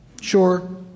Sure